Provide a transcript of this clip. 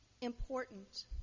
important